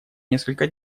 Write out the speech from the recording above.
несколько